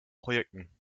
projekten